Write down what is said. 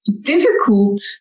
difficult